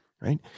Right